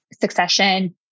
succession